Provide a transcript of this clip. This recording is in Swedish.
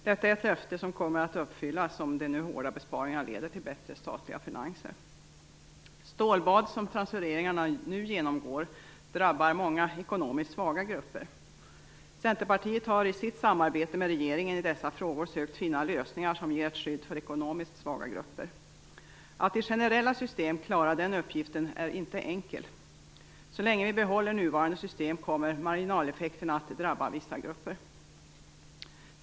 Detta är ett löfte som kommer att uppfyllas om de nu hårda besparingarna leder till bättre statliga finanser. Stålbadet som transfereringarna nu genomgår drabbar många ekonomiskt svaga grupper. Centerpartiet har i sitt samarbete med regeringen i dessa frågor sökt finna lösningar som ger ett skydd för ekonomiskt svaga grupper. Att i generella system klara den uppgiften är inte enkel. Så länge vi behåller nuvarande system kommer marginaleffekterna att drabba vissa grupper.